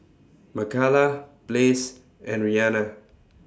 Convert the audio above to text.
Makala Blaze and Rhianna